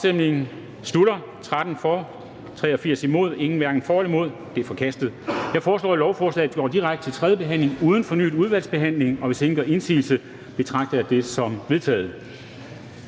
eller imod stemte 0. Ændringsforslaget er forkastet. Jeg foreslår, at lovforslaget går direkte til tredje behandling uden fornyet udvalgsbehandling. Hvis ingen gør indsigelse, betragter jeg det som vedtaget.